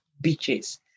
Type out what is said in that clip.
beaches